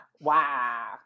Wow